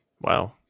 wow